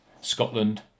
Scotland